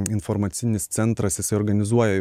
informacinis centras jisai organizuoja